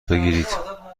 بگیرید